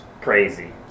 crazy